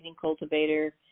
cultivator